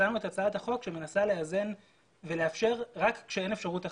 יצרנו את הצעת החוק שמנסה לאזן ולאפשר רק כשאין אפשרות אחרת.